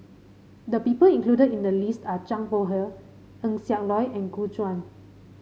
the people included in the list are Zhang Bohe Eng Siak Loy and Gu Juan